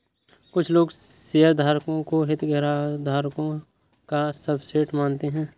कुछ लोग शेयरधारकों को हितधारकों का सबसेट मानते हैं